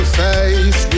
face